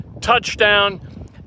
Touchdown